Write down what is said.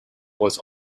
was